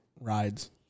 rides